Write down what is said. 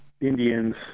Indians